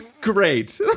great